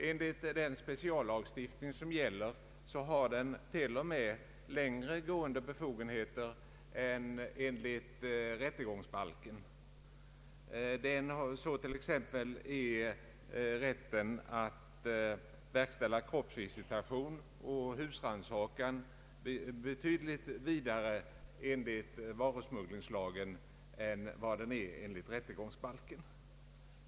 Enligt den speciallagstiftning som gäller på området har den till och med längre gående befogenheter än de som enligt rättegångsbalken tillkommer polisman. Exempelvis är rätten att verkställa kroppsvisitation och husrannsakan betydligt vidare enligt varusmugglingslagen än enligt rättegångsbalken.